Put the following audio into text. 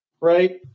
right